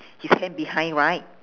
his hand behind right